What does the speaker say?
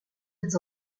êtes